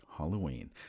Halloween